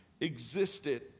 existed